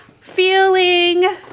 feeling